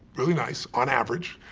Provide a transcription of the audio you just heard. really nice, on average.